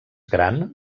gran